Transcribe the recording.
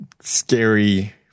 scary